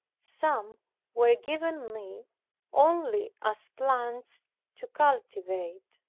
some were given me only as plants to cultivate.